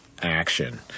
action